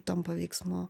tampa veiksmu